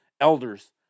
elders